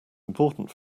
important